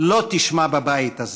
לא תשמע בבית הזה,